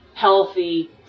healthy